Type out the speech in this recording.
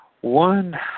One